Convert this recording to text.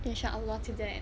inshallah to that